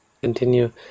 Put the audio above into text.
continue